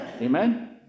Amen